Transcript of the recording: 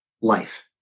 life